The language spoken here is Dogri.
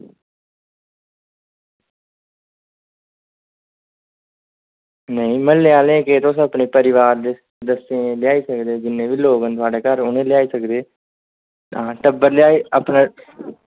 म्हल्ले आह्ले केह् तुस अपने परिवार दे बच्चें गी लेआई सकदे जिन्ने बी लोग हैन घरै दे उ'नेंगी लेआई सकदे टब्बर अपना